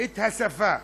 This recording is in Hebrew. את השפה.